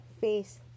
face